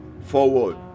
forward